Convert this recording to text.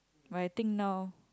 but I think now